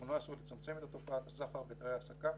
ותיקונה עשוי לצמצם את התופעה בסחר בהיתרי העסקה